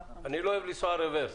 אני לא אוהב לנסוע רברס.